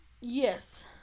Yes